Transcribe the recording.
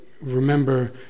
remember